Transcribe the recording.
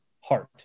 heart